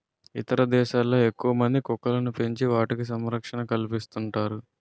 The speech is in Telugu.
ఇతర దేశాల్లో ఎక్కువమంది కుక్కలను పెంచి వాటికి సంరక్షణ కల్పిస్తుంటారు